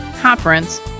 Conference